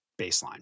baseline